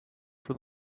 for